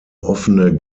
offene